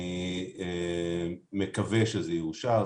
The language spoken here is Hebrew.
אני מקווה שזה יאושר.